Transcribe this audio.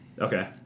Okay